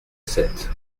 sept